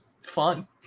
fun